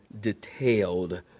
detailed